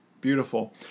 Beautiful